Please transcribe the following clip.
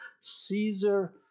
Caesar